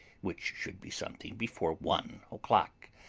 which should be something before one o'clock.